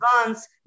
advance